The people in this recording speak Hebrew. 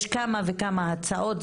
יש כמה וכמה הצעות,